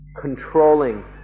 controlling